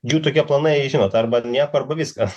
jų tokie planai žinot arba nieko arba viskas